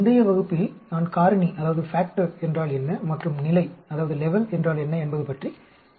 முந்தைய வகுப்பில் நான் காரணி என்றால் என்ன மற்றும் நிலை என்றால் என்ன என்பது பற்றி பேசினேன்